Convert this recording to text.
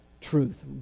truth